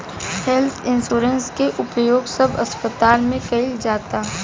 health insurance के उपयोग सब अस्पताल में कईल जाता